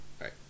right